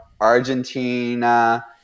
Argentina